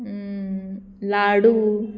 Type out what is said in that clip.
लाडू